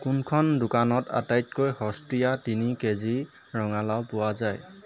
কোনখন দোকানত আটাইতকৈ সস্তীয়া তিনি কে জি ৰঙালাও পোৱা যায়